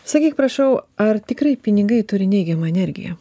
sakyk prašau ar tikrai pinigai turi neigiamą energiją